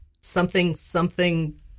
something-something